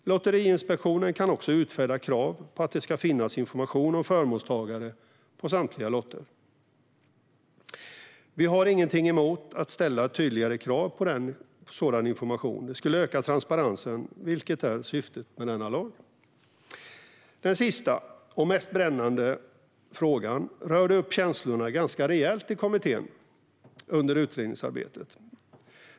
Lotteriinspektionen kan också utfärda krav på att det ska finnas information om förmånstagare för samtliga lotterier. Vi har ingenting emot att ställa ett tydligare krav på en sådan information. Det skulle öka transparensen, vilket är syftet med denna lag. Den sista och mest brännande frågan rörde upp känslorna ganska rejält i kommittén under utredningsarbetet.